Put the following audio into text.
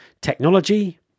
technology